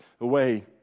away